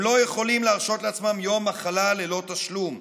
הם לא יכולים להרשות לעצמם יום מחלה ללא תשלום,